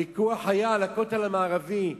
הוויכוח היה על הכותל המערבי,